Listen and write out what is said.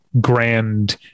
grand